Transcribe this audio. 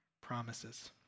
promises